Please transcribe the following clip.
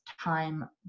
time